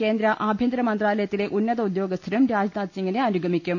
കേന്ദ്ര ആഭ്യന്തരമന്ത്രാലയത്തിലെ ഉന്നത ഉദ്യോഗസ്ഥരും രാജ്നാ ഥ്സിംഗിനെ അനുഗ്മിക്കും